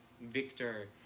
Victor